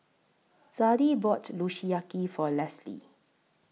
Zadie bought Kushiyaki For Lesley